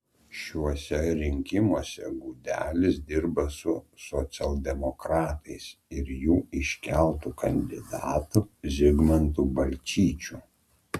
šiuose rinkimuose gudelis dirba su socialdemokratais ir jų iškeltu kandidatu zigmantu balčyčiu